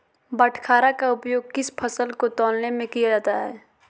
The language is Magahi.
बाटखरा का उपयोग किस फसल को तौलने में किया जाता है?